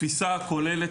התפיסה הכוללת,